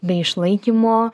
be išlaikymo